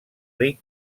ric